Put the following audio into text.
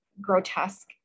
grotesque